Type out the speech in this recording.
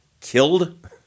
Killed